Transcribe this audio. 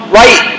right